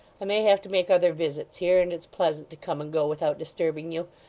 i may have to make other visits here, and it's pleasant to come and go without disturbing you.